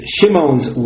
Shimon's